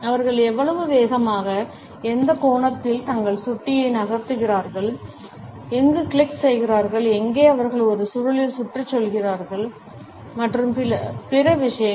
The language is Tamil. அவர்கள் எவ்வளவு வேகமாக எந்த கோணங்களில் தங்கள் சுட்டியை நகர்த்துகிறார்கள் எங்கு கிளிக் செய்கிறார்கள் எங்கே அவர்கள் ஒரு சுருளில் சுற்றிக் கொள்கிறார்கள் மற்றும் பிற விஷயங்கள்